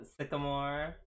Sycamore